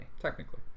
Technically